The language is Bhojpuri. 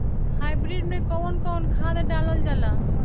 हाईब्रिड में कउन कउन खाद डालल जाला?